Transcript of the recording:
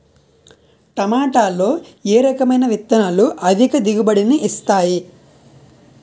టమాటాలో ఏ రకమైన విత్తనాలు అధిక దిగుబడిని ఇస్తాయి